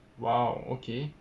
!wow! okay